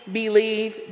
believe